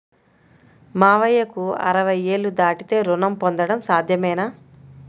మామయ్యకు అరవై ఏళ్లు దాటితే రుణం పొందడం సాధ్యమేనా?